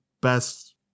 best